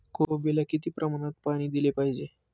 कोबीला किती प्रमाणात पाणी दिले पाहिजे?